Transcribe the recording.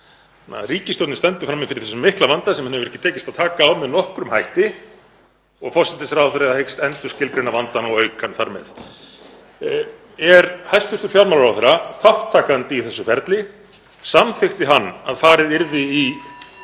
Ríkisstjórnin stendur frammi fyrir þessum mikla vanda sem henni hefur ekki tekist að taka á með nokkrum hætti og forsætisráðherra hyggst endurskilgreina vandann og auka hann þar með. Er hæstv. fjármálaráðherra þátttakandi í þessu ferli? Samþykkti hann að farið yrði í